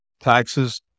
taxes